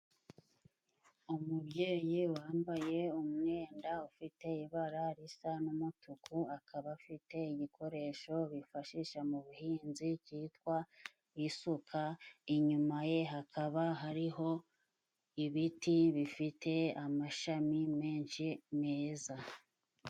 Umubyeyi wambaye umwenda ufite ibara risa n'umutuku, akaba afite ibikoresho bifashisha mu buhinzi cyitwa isuka, inyuma ye hakaba hariho ibiti bifite amashami menshi meza.